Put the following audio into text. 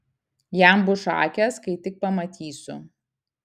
jam bus šakės kai tik pamatysiu